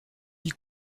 wie